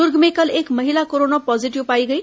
दूर्ग में कल एक महिला कोरोना पॉजीटिव पाई गई